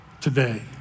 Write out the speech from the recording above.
today